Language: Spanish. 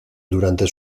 durante